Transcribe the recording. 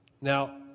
now